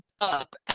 up